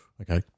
Okay